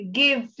give